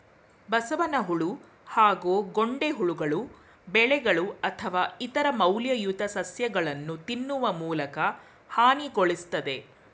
ಬಸವನಹುಳು ಹಾಗೂ ಗೊಂಡೆಹುಳುಗಳು ಬೆಳೆಗಳು ಅಥವಾ ಇತರ ಮೌಲ್ಯಯುತ ಸಸ್ಯಗಳನ್ನು ತಿನ್ನುವ ಮೂಲಕ ಹಾನಿಗೊಳಿಸ್ತದೆ